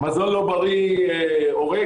שמזון לא בריא הורג